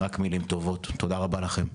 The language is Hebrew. רק מילים טובות, תודה רבה לכם.